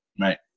Right